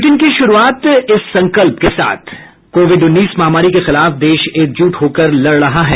bulletin की शुरूआत इस संकल्प के साथ कोविड उन्नीस महामारी के खिलाफ देश एकजुट होकर लड़ रहा है